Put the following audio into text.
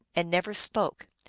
and never spoke.